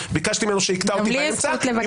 ביקשתי ממנו שיקטע אותי באמצע.